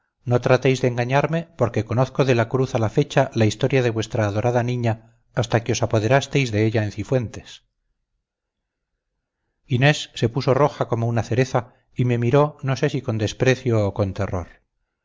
no tratéis de engañarme porque conozco de la cruz a la fecha la historia de vuestra adorada niña hasta que os apoderasteis de ella en cifuentes inés se puso roja como una cereza y me miró no sé si con desprecio o con terror